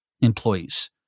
employees